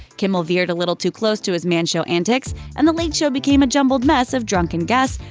kimmel veered a little too close to his man show antics, and the late show became a jumbled mess of drunken guests,